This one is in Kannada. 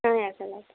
ಹಾಂ ಹೇಳ್ತೇನೆ ಆತು ರಿ